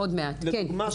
לדוגמה,